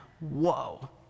whoa